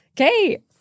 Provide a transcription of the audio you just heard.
okay